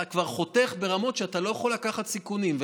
אתה כבר חותך ברמות שאתה לא יכול לקחת סיכונים.